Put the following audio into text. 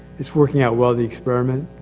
it's working out well, the experiment.